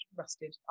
rusted